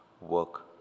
work